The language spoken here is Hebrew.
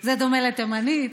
זה דומה לתימנית.